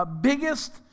biggest